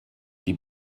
die